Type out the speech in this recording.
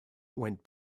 went